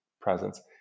presence